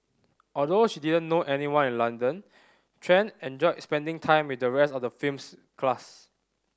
although she didn't know anyone in London Tran enjoyed spending time with the rest of the film's cast